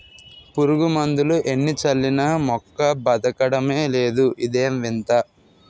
పురుగుమందులు ఎన్ని చల్లినా మొక్క బదకడమే లేదు ఇదేం వింత?